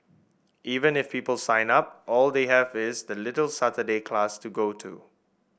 even if people sign up all they have is this little Saturday class to go to